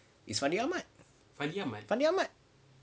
is fandi ahmad fandi ahmad